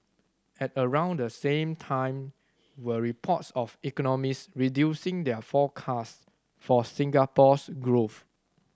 at around the same time were reports of economists reducing their forecast for Singapore's growth